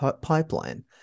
pipeline